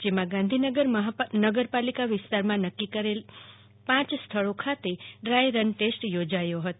જેમાં ગાંધીનગર મહાનગરપાલિકા વિસ્તારમાં નક્કી કરવામાં આવેલ પાંચ સ્થળો ખાતે ડ્રાય રન ટેસ્ટ યોજાયો હતો